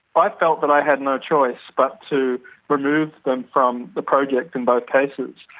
i felt that i had no choice but to remove them from the project in both cases.